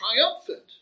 triumphant